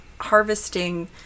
harvesting